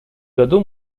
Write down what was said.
году